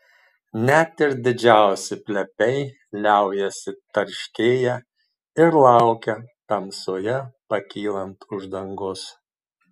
net ir didžiausi plepiai liaujasi tarškėję ir laukia tamsoje pakylant uždangos